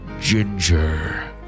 Ginger